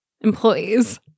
employees